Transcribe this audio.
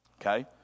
Okay